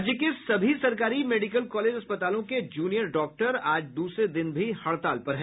राज्य के सभी सरकारी मेडिकल कॉलेज अस्पतालों के जूनियर डॉक्टर आज द्रसरे दिन भी हड़ताल पर हैं